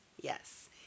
Yes